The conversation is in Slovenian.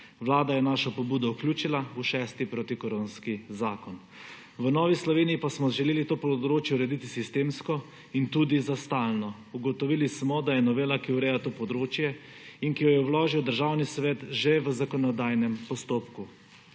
Vlada je našo pobudo vključila v šesti protikoronski zakon. V Novi Sloveniji pa smo želeli to področje urediti sistemsko in tudi za stalno. Ugotovili smo, da je novela, ki ureja to področje in ki jo je vložil Državni svet, že v zakonodajnem postopku.